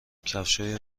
کفشهای